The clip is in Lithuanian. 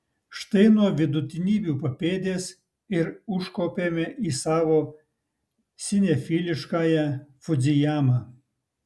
štai nuo vidutinybių papėdės ir užkopėme į savo sinefiliškąją fudzijamą